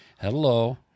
Hello